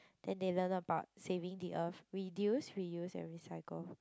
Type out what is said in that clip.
then they learn about saving the earth reduce reuse and recycle